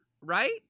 right